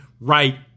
right